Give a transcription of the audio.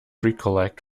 recollect